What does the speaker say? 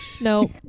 No